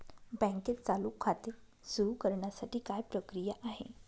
बँकेत चालू खाते सुरु करण्यासाठी काय प्रक्रिया आहे?